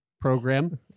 program